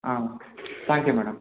ah thank you madam